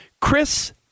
Chris